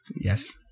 Yes